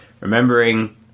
remembering